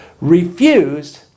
refused